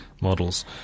models